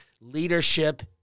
leadership